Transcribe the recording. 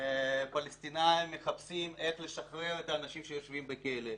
פלסטינאים מחפשים איך לשחרר את האנשים שיושבים בכלא,